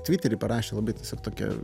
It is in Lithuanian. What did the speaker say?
tvitery parašė labai tiesiog tokį